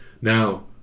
Now